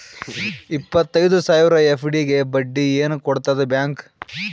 ಇಪ್ಪತ್ತೈದು ಸಾವಿರ ಎಫ್.ಡಿ ಗೆ ಬಡ್ಡಿ ಏನ ಕೊಡತದ ಬ್ಯಾಂಕ್?